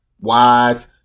wise